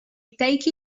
take